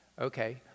Okay